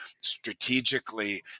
strategically